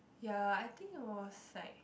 ya I think it was like